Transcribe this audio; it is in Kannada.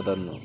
ಅದನ್ನು